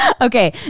Okay